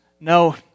No